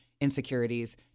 insecurities